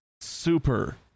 super